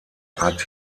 hat